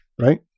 right